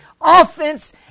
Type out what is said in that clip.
offense